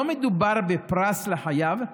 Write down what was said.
לא מדובר בפרס לחייב,